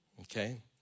Okay